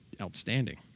outstanding